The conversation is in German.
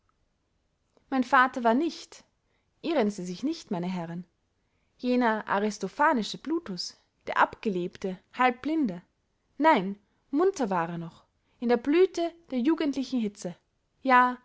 mein vater war nicht irren sie sich nicht meine herren jener aristophanische plutus der abgelebte halbblinde nein munter war er noch in der blüthe der jugendlichen hitze ja